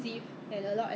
if you kena ah